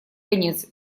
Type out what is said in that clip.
конец